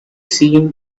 seen